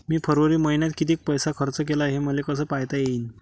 मी फरवरी मईन्यात कितीक पैसा खर्च केला, हे मले कसे पायता येईल?